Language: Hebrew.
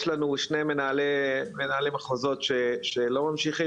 יש לנו שני מנהלי מחוזות שלא ממשיכים